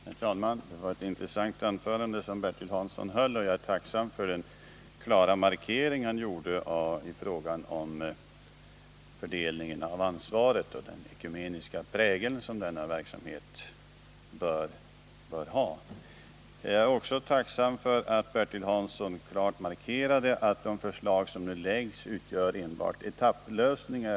Herr talman! Det var ett intressant anförande som Bertil Hansson höll, och jag är tacksam för den klara markering han gjorde i fråga om fördelningen av ansvaret och den ekumeniska prägeln som denna verksamhet bör ha. Jag är också tacksam för att Bertil Hansson klart markerade att det förslag som nu läggs fram enbart innebär etapplösningar.